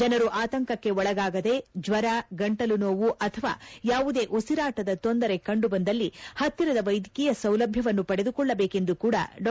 ಜನರು ಆತಂಕಕ್ಕೆ ಒಳಗಾಗದೆ ಜ್ವರ ಗಂಟಲುನೋವು ಅಥವಾ ಯಾವುದೇ ಉಸಿರಾಟದ ತೊಂದರೆ ಕಂಡುಬಂದಲ್ಲಿ ಹತ್ತಿರದ ವೈದ್ಯಕೀಯ ಸೌಲಭ್ಯವನ್ನು ಪಡೆದುಕೊಳ್ಳಬೇಕೆಂದು ಕೂಡ ಡಾ